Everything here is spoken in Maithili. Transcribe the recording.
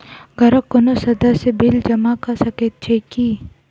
घरक कोनो सदस्यक बिल जमा कऽ सकैत छी की?